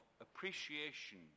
appreciation